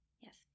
Yes